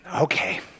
Okay